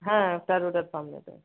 হ্যাঁ স্ট্যাচুটার সামনেটায়